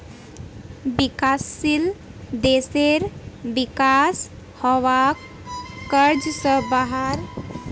विकासशील देशेर विका स वहाक कर्ज स बाहर निकलवा सके छे